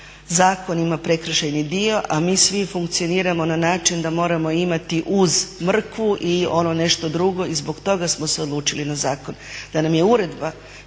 Zakon ima prekršajni dio, a mi svi funkcioniramo na način da moramo imati uz mrkvu i ono nešto drugo i zbog toga smo se odlučili na zakon.